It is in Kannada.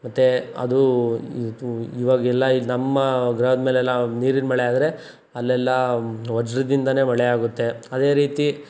ಮತ್ತೆ ಅದು ಇದು ಇವಾಗೆಲ್ಲ ಇಲ್ಲಿ ನಮ್ಮ ಗ್ರಹದ ಮೇಲೆಲ್ಲ ನೀರಿನ ಮಳೆ ಆದರೆ ಅಲ್ಲೆಲ್ಲ ವಜ್ರದಿಂದಲೇ ಮಳೆ ಆಗುತ್ತೆ ಅದೇ ರೀತಿ